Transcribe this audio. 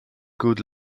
good